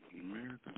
America